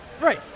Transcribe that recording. Right